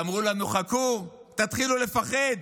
הם אמרו לנו: חכו, תתחילו לפחד,